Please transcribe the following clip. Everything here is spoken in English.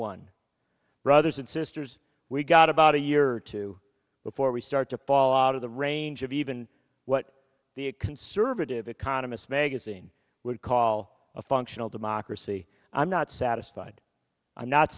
one brothers and sisters we've got about a year or two before we start to fall out of the range of even what the conservative economist magazine would call a functional democracy i'm not satisfied i'm not